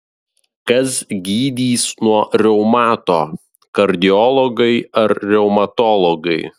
kas gydys nuo reumato kardiologai ar reumatologai